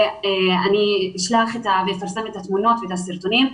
הוא יפרסם את התמונות ואת הסרטונים.